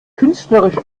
künstlerisch